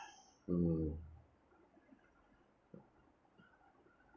mm